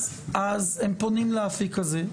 אז הם פונים לאפיק הזה,